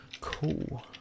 Cool